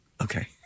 Okay